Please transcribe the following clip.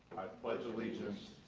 pledge allegiance